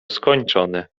skończony